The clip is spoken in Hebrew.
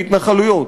בהתנחלויות.